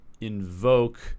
invoke